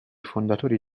fondatori